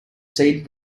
seated